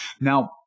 Now